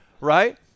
right